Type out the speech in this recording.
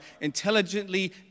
intelligently